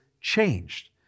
changed